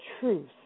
truth